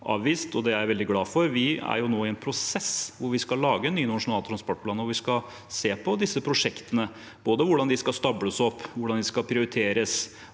og det er jeg veldig glad for. Vi er nå i en prosess hvor vi skal lage en ny nasjonal transportplan, og vi skal se på disse prosjektene, både hvordan de skal stables opp, hvordan de skal prioriteres,